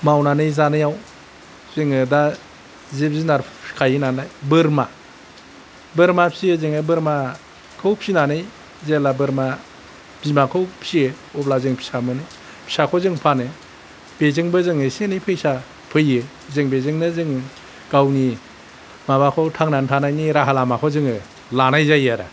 मावनानै जानायाव जोङो दा जिब जुनार फिसिखायो नालाय बोरमा बोरमा फिसियो जोङो बोरमाखौ फिसिनानै जेब्ला बोरमा बिमाखौ फिसियो अब्ला जों फिसा मोनो फिसाखौ जों फानो बेजोंबो जों एसे एनै फैसा फैयो जों बेजोंनो जों गावनि माबाखौ थांनानै थानायनि राहा लामाखौ जोङो लानाय जायो आरो